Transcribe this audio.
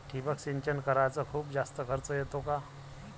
ठिबक सिंचन कराच खूप जास्त खर्च येतो का?